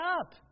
up